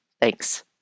Thanks